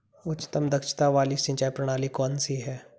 उच्चतम दक्षता वाली सिंचाई प्रणाली कौन सी है?